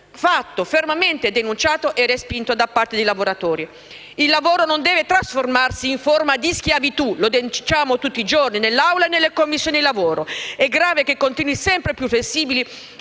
fatto fermamente denunciato e respinto da parte dei lavoratori. Il lavoro non deve trasformarsi in una forma di schiavitù: lo denunciamo tutti i giorni, in Aula e nella Commissione lavoro. È grave che contratti sempre più flessibili